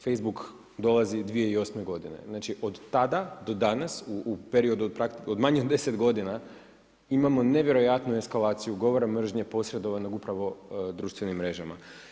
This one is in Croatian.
Facebook dolazi 2008. godine. znači od tada do danas u periodu od manje od 10 godina, imamo nevjerojatnu eskalaciju govora mržnje posredovanog upravo društvenim mrežama.